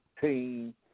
team